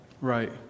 Right